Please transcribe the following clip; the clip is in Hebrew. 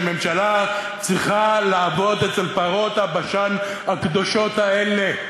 שממשלה צריכה לעבוד אצל פרות הבשן הקדושות האלה,